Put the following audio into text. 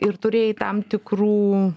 ir turėjai tam tikrų